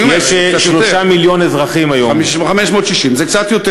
יש 3 מיליון אזרחים היום, 560, זה קצת יותר.